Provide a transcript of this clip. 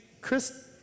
Chris